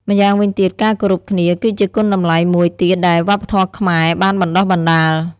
ម្យ៉ាងវិញទៀត ការគោរពគ្នា គឺជាគុណតម្លៃមួយទៀតដែលវប្បធម៌ខ្មែរបានបណ្តុះបណ្ណាល។